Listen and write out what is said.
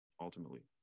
Ultimately